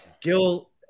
Gil